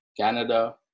Canada